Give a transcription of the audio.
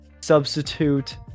substitute